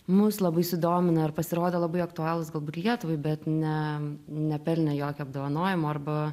mus labai sudomino ir pasirodė labai aktualūs galbūt lietuvai bet ne nepelnė jokio apdovanojimo arba